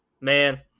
man